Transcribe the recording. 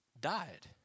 died